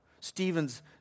Stephen's